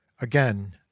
again